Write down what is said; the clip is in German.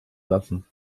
lassen